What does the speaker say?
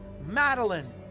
Madeline